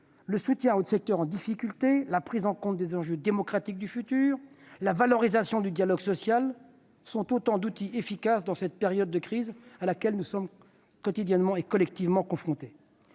Le soutien aux secteurs en difficulté, la prise en compte des enjeux démocratiques du futur et la valorisation du dialogue social sont autant d'outils efficaces dans cette période de crise à laquelle nous sommes quotidiennement et collectivement confrontés.